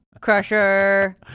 Crusher